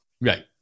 Right